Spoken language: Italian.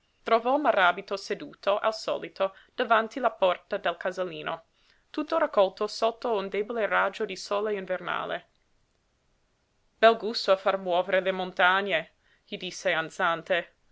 notizie trovò maràbito seduto al solito davanti la porta del casalino tutto raccolto sotto un debole raggio di sole invernale bel gusto a far muovere le montagne gli disse ansante